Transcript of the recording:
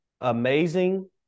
Amazing